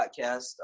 podcast